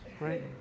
right